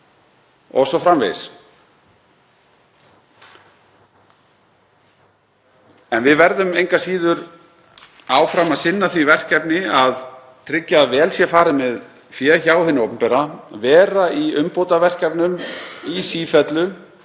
o.s.frv. En við verðum engu að síður áfram að sinna því verkefni að tryggja að vel sé farið með fé hjá hinu opinbera, vera í umbótaverkefnum í sífellu,